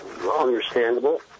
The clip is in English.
understandable